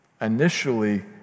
initially